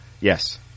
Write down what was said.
yes